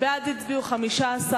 בעד הצביעו 15,